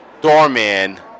doorman